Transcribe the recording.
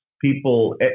people